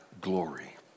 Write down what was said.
glory